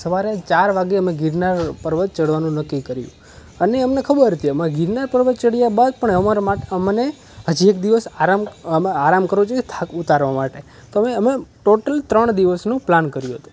સવારે ચાર વાગે અમે ગિરનાર પર્વત ચઢવાનું નક્કી કર્યું અને અમને ખબર હતી અમે ગિરનાર પર્વત ચઢ્યા બાદ પણ અમારા માટ અમને હજી એક દિવસ આરામ અમે આરામ કરવો જોઈએ થાક ઉતારવા માટે તો અમે અમે ટોટલ ત્રણ દિવસનું પ્લાન કર્યું હતું